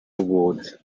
award